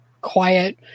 quiet